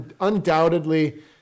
undoubtedly